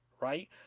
right